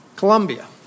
Colombia